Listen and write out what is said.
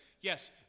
yes